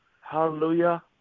Hallelujah